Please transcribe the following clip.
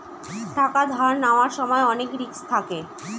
টাকা ধার নেওয়ার সময় অনেক রিস্ক থাকে